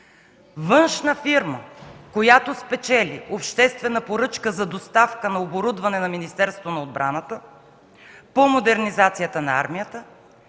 външна фирма, която спечели обществена поръчка за доставка на оборудване на Министерството на отбраната по модернизацията на армията,